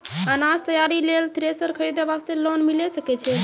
अनाज तैयारी लेल थ्रेसर खरीदे वास्ते लोन मिले सकय छै?